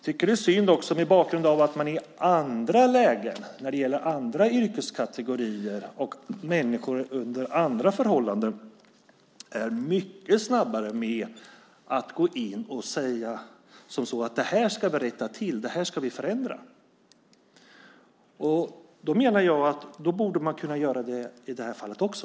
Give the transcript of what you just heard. Det är också synd mot bakgrund av att man i andra lägen, när det gäller andra yrkeskategorier och människor under andra förhållanden, är mycket snabbare med att gå in och säga att man ska rätta till och förändra det här. Jag menar att man borde kunna göra det i det här fallet också.